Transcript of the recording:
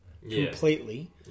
completely